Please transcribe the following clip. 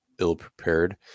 ill-prepared